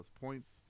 points